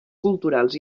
culturals